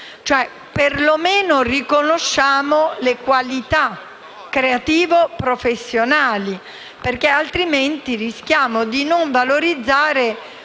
perlomeno, di riconoscere le qualità creativo-professionali, altrimenti rischiamo di non valorizzare